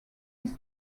his